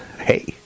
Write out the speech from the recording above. Hey